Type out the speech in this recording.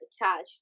attached